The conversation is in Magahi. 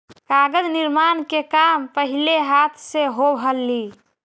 कागज निर्माण के काम पहिले हाथ से होवऽ हलइ